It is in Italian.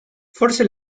forse